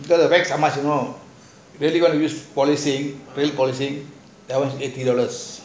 stir the wax ah how much you know you want to use all this thing now eighty dollar